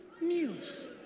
news